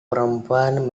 perempuan